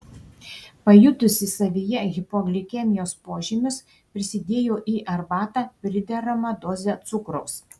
pajutusi savyje hipoglikemijos požymius prisidėjo į arbatą prideramą dozę cukraus